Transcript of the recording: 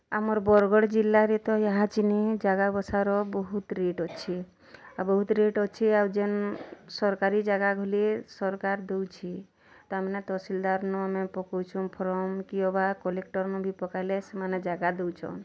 ଆମର୍ ବଡ଼ଗଡ଼୍ ଜିଲ୍ଲାରେ ତ ଏହା ଜାଗା ବସାର୍ ବହୁତ୍ ରେଟ୍ ଅଛି ଆଉ ବହୁତ୍ ରେଟ୍ ଅଛି ଆଉ ଯେନ୍ ସରକାରୀ ଜାଗା ଗଲେ ସରକାର୍ ଦେଉଛି ତାମାନେ ତହସିଲଦାର୍ ନ ଆମେ ପକଉଛୁଁ ଫର୍ମ କି ଅବା କଲେକ୍ଟର୍ ନ ବି ପକାଇଲେ ସେମାନେ ଜାଗା ଦେଉଛନ୍